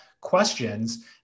questions